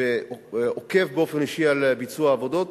ועוקב באופן אישי אחר ביצוע העבודות.